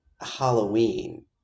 Halloween